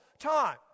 time